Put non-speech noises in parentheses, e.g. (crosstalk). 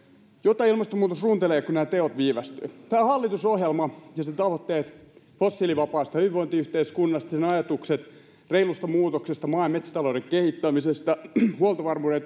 jota ilmastonmuutos runtelee kun nämä teot viivästyvät tämä hallitusohjelma ja sen tavoitteet fossiilivapaasta hyvinvointiyhteiskunnasta sen ajatukset reilusta muutoksesta maa ja metsätalouden kehittämisestä huoltovarmuuden (unintelligible)